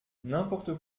n’importe